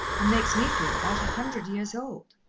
and makes me feel about a hundred years old.